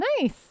Nice